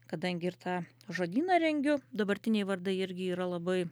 kadangi ir tą žodyną rengiu dabartiniai vardai irgi yra labai